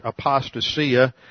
apostasia